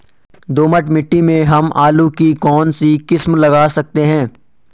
दोमट मिट्टी में हम आलू की कौन सी किस्म लगा सकते हैं?